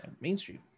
mainstream